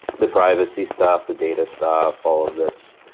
the privacy stuff, the data stuff all of this.